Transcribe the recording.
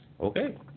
Okay